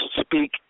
speak